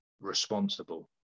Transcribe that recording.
responsible